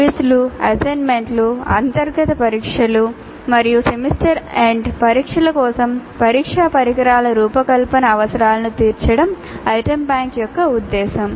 క్విజ్లు అసైన్మెంట్లు అంతర్గత పరీక్షలు మరియు సెమిస్టర్ ఎండ్ పరీక్షల కోసం పరీక్షా పరికరాల రూపకల్పన అవసరాలను తీర్చడం ఐటమ్ బ్యాంక్ యొక్క ఉద్దేశ్యం